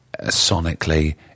sonically